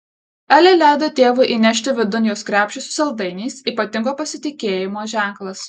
elė leido tėvui įnešti vidun jos krepšį su saldainiais ypatingo pasitikėjimo ženklas